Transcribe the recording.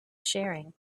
sharing